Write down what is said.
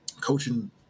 coaching